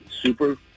super